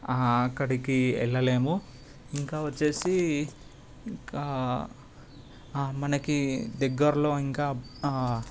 అక్కడికి వెళ్ళలేము ఇంకా వచ్చేసి ఇంకా మనకి దగ్గరలో ఇంకా